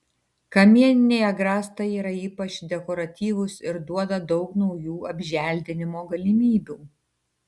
kamieniniai agrastai yra ypač dekoratyvūs ir duoda daug naujų apželdinimo galimybių